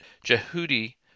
Jehudi